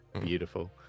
Beautiful